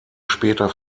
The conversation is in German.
später